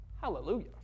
Hallelujah